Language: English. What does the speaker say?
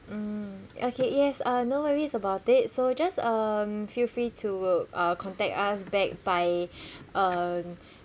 mm okay yes uh no worries about it so just um feel free to uh contact us back by uh